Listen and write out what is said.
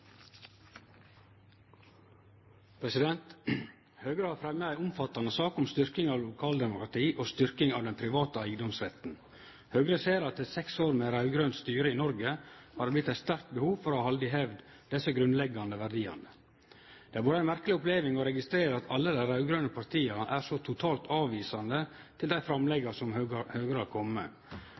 det vorte eit sterkt behov for å halde i hevd desse grunnleggjande verdiane. Det har vore ei merkeleg oppleving å registrere at alle dei raud-grøne partia er så totalt avvisande til dei framlegga som Høgre har